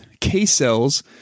K-cells